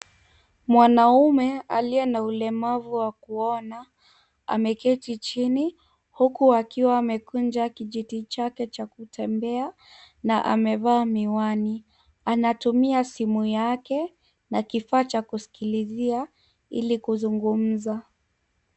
Mwanaume, aliye na ulemavu wa kuona, ameketi chini, huku akiwa amekunja kijiti chake cha kutembea na amevaa miwani. Anatumia simu yake na kifaa cha kusikilizia, ili kuzungumza.